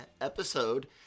episode